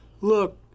look